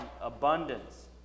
abundance